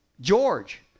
George